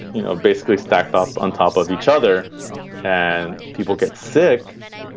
you know, basically stacked up on top of each other and people get sick.